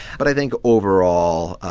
but i think overall,